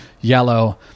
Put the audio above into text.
yellow